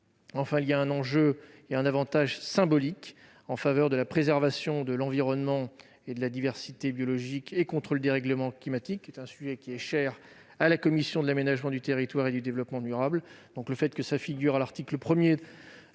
Enfin, il y a un aspect symbolique en faveur de la préservation de l'environnement, de la diversité biologique et contre le dérèglement climatique. C'est un sujet qui est cher à la commission de l'aménagement du territoire et du développement durable,